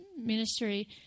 ministry